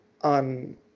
on